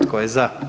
Tko je za?